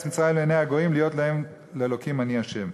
מצרים לעיני הגוים להיות להם לאלקים אני ה'".